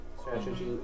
strategy